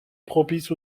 propice